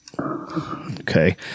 Okay